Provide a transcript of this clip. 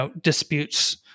disputes